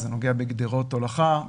זה נוגע בגדרות הולכה,